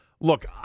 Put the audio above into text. look